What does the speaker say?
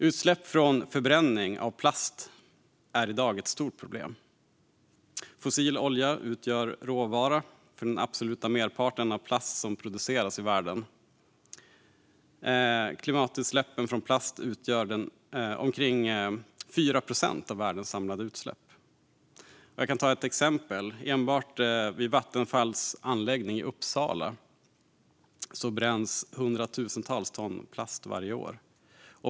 Utsläpp från förbränning av plast är i dag ett stort problem. Fossil olja utgör råvara för den absoluta merparten av den plast som produceras i världen. Klimatutsläppen från plast utgör omkring 4 procent av världens samlade utsläpp. Jag kan ta ett exempel. Enbart vid Vattenfalls anläggning i Uppsala bränns hundratusentals ton plast varje år.